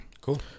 Cool